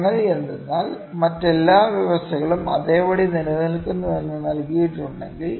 സംഗതി എന്തെന്നാൽ മറ്റെല്ലാ വ്യവസ്ഥകളും അതേപടി നിലനിൽക്കുന്നുവെന്ന് നൽകിയിട്ടുണ്ടെങ്കിൽ